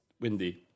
windy